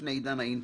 לפני עידן האינטרנט,